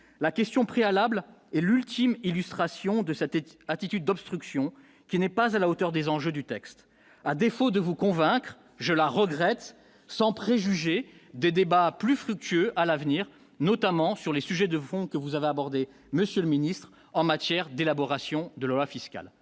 la question préalable est l'ultime illustration de sa tête attitude d'obstruction qui n'est pas à la hauteur des enjeux du texte, à défaut de vous convaincre, je la regrette, sans préjuger des débats plus fructueux, à l'avenir, notamment sur les sujets de fond que vous avez abordé, monsieur le Ministre, en matière d'élaboration de la loi fiscale,